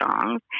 songs